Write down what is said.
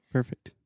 Perfect